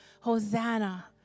Hosanna